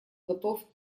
готов